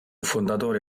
fondatore